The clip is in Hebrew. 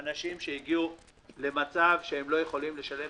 אנשים שהגיעו למצב שהם לא יכולים לשלם